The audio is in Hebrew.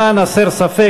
למען הסר ספק,